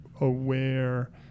aware